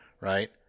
right